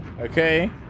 okay